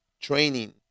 training